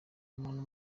umuntu